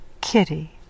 Kitty